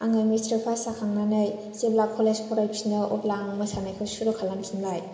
आङो matric pass जाखांनानै जेब्ला कलेज फरायफिनो अब्ला आं मोसानायखौ सुरु खालामफिनबाय